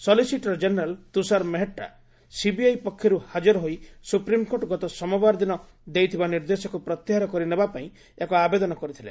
solicitor general Tushar Mehta CBI ପକ୍ଷରୁ ହାଜର ହୋଇ ସୁପ୍ରିମ୍କୋର୍ଟ ଗତ ସୋମବାର ଦିନ ଦେଇଥିବା ନିର୍ଦ୍ଦେଶକୁ ପ୍ରତ୍ୟାହାର କରିନେବା ପାଇଁ ଏକ ଆବେଦନ କରିଥିଲେ